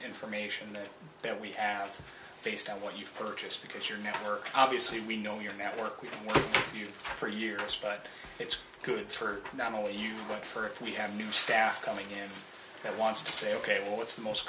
information that there we have based on what you've purchased because your network obviously we know your network with you for years but it's good for not only you but for if we have new staff coming in that wants to say ok well that's the most